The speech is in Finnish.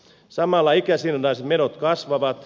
samalla ikäsidonnaiset menot kasvavat